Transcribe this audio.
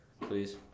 please